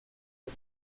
but